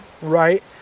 Right